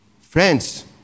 Friends